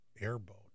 airboat